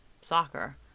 soccer